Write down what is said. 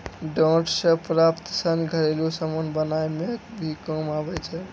डांट से प्राप्त सन घरेलु समान बनाय मे भी काम आबै छै